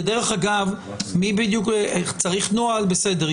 כי דרך אגב, צריך נוהל, בסדר.